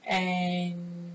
and